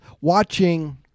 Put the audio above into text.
watching